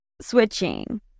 switching